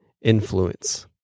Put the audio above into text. influence